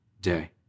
day